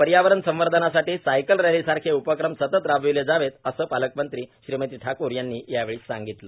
पर्यावरण संवर्धनासाठी सायकल रॅलीसारखे उपक्रम सतत राबवले जावेत असे पालकमंत्री श्रीमती ठाकूर यांनी यावेळी सांगितले